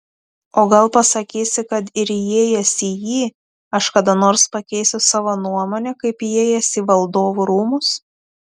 o gal pasakysi kad ir įėjęs į jį aš kada nors pakeisiu savo nuomonę kaip įėjęs į valdovų rūmus